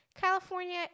California